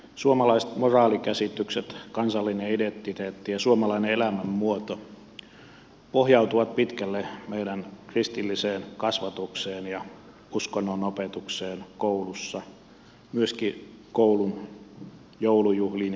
suomalaiset moraalikäsitykset kansallinen identiteetti ja suomalainen elämänmuoto pohjautuvat pitkälle meidän kristilliseen kasvatukseemme ja uskonnon opetukseen koulussa myöskin koulun joulujuhliin ja kevätjuhliin